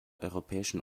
europäischen